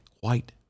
white